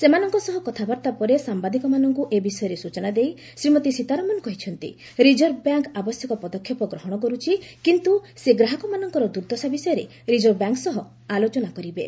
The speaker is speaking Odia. ସେମାନଙ୍କ ସହ କଥାବାର୍ତ୍ତା ପରେ ସାମ୍ଭାଦିକମାନଙ୍କୁ ଏ ବିଷୟରେ ସୂଚନା ଦେଇ ଶ୍ରୀମତୀ ସୀତାରମଣ କହିଛନ୍ତି ରିଜର୍ଭ ବ୍ୟାଙ୍କ୍ ଆବଶ୍ୟକ ପଦକ୍ଷେପ ଗ୍ରହଣ କରୁଛି କିନ୍ତୁ ସେ ଗ୍ରାହକମାନଙ୍କର ଦୂର୍ଦ୍ଦଶା ବିଷୟରେ ରିଜର୍ଭ ବ୍ୟାଙ୍କ୍ ସହ ଆଲୋଚନା କରିବେ